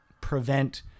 prevent